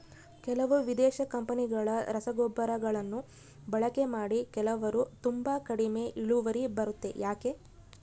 ಕೆಲವು ವಿದೇಶಿ ಕಂಪನಿಗಳ ರಸಗೊಬ್ಬರಗಳನ್ನು ಬಳಕೆ ಮಾಡಿ ಕೆಲವರು ತುಂಬಾ ಕಡಿಮೆ ಇಳುವರಿ ಬರುತ್ತೆ ಯಾಕೆ?